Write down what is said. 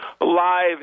live